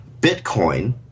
Bitcoin